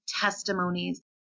testimonies